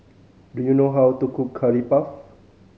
do you know how to cook Curry Puff